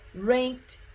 ranked